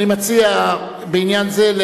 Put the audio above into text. בעניין זה,